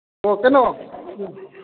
ꯑꯣ ꯀꯩꯅꯣ